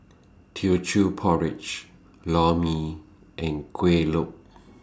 Teochew Porridge Lor Mee and Kueh Lopes